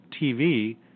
TV